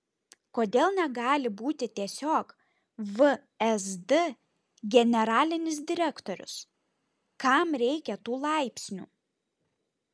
kodėl negali būti tiesiog vsd generalinis direktorius kam reikia tų laipsnių